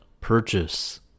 purchase